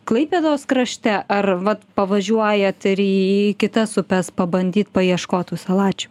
klaipėdos krašte ar vat pavažiuojat ir į kitas upes pabandyt paieškot tų salačių